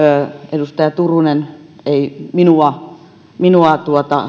edustaja turunen ei minua minua